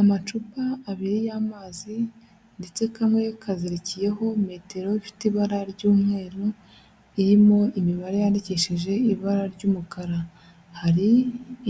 Amacupa abiri y'amazi ndetse kamwe kazirikiyeho metero ifite ibara ry'umweru irimo imibare yandikishije ibara ry'umukara, hari